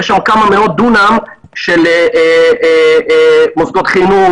יש שם כמה מאות דונם של מוסדות חינוך,